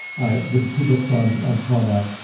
i written two books on on trauma.